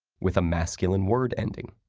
with a masculine word ending.